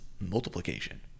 multiplication